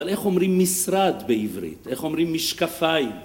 איך אומרים משרד בעברית? איך אומרים משקפיים?